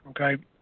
Okay